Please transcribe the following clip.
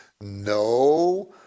No